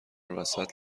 وسط